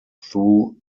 through